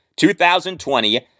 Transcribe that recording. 2020